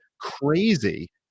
crazy